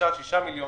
חמישה-שישה מיליון